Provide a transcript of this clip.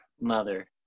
Mother